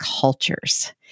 cultures